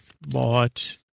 bought